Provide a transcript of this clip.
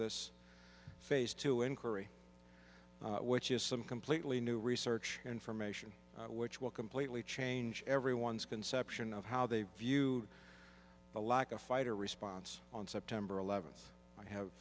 this face to inquiry which is some completely new research information which will completely change everyone's conception of how they view the lack of fighter response on september eleventh i have